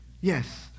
Yes